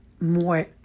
more